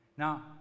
Now